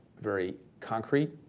very concrete,